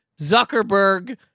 Zuckerberg